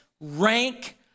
rank